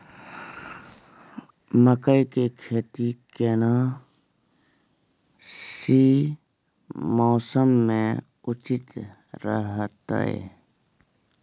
मकई के खेती केना सी मौसम मे उचित रहतय?